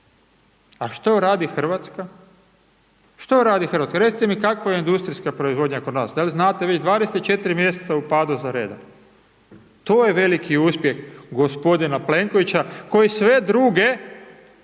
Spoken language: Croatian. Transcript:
A što radi Hrvatska, što radi Hrvatska, recite mi kakva je industrijska proizvodnja kod nas? Da li znate već 24 mjeseca u padu za redom, to je veliki uspjeh gospodina Plenkovića koji sve druge